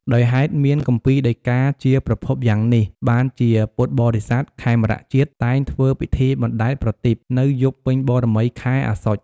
ដោយហេតុមានគម្ពីរដីកាជាប្រភពយ៉ាងនេះ បានជាពុទ្ធបរិស័ទខេមរជាតិតែងធ្វើពិធីបណ្ដែតប្រទីប នៅយប់ពេញបូរមីខែអស្សុជ។